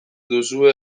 duzue